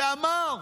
ואמר: